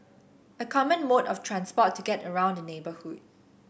a common mode of transport to get around the neighbourhood